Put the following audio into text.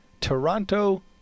Toronto